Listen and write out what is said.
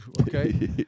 okay